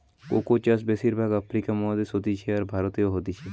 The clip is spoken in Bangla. কোকো চাষ বেশির ভাগ আফ্রিকা মহাদেশে হতিছে, আর ভারতেও হতিছে